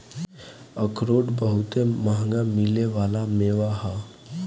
अखरोट बहुते मंहगा मिले वाला मेवा ह